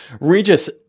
regis